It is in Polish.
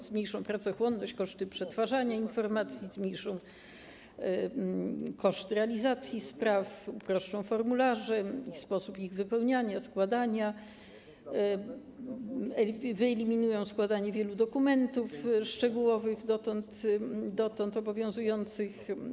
Zmniejszą pracochłonność i koszty przetwarzania informacji, zmniejszą koszty realizacji spraw, uproszczą formularze oraz sposób ich wypełniania i składania, wyeliminują składanie wielu dokumentów szczegółowych dotąd obowiązujących.